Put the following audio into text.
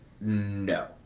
No